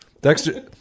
Dexter